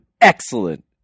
excellent